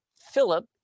Philip